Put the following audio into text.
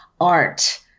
art